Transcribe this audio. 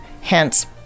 hence